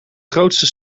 grootste